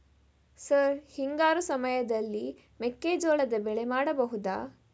Sir ಹಿಂಗಾರು ಸಮಯದಲ್ಲಿ ಮೆಕ್ಕೆಜೋಳದ ಬೆಳೆ ಮಾಡಬಹುದಾ?